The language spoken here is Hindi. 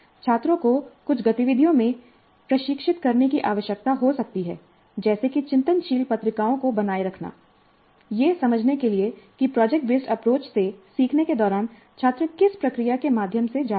छात्रों को कुछ गतिविधियों में प्रशिक्षित करने की आवश्यकता हो सकती है जैसे कि चिंतनशील पत्रिकाओं को बनाए रखना यह समझने के लिए कि प्रोजेक्ट बेस्ड अप्रोच से सीखने के दौरान छात्र किस प्रक्रिया के माध्यम से जा रहे हैं